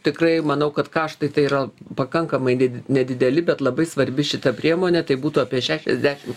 tikrai manau kad kaštai tai yra pakankamai nedideli bet labai svarbi šita priemonė tai būtų apie šešiasdešim